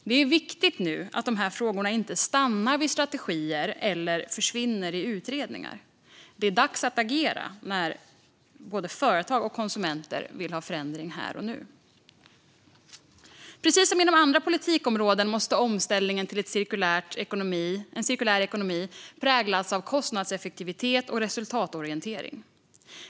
Det är nu viktigt att det inte stannar vid strategier eller att frågorna försvinner i utredningar. Det är dags att agera när både företag och konsumenter vill ha förändring här och nu. Precis som inom andra politikområden måste omställningen till en cirkulär ekonomi präglas av kostnadseffektivitet och resultatorientering.